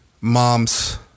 mom's